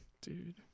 Dude